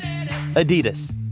Adidas